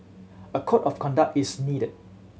a code of conduct is needed